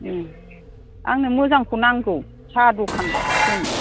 आंनो मोजांखौ नांगौ साह दखान होनो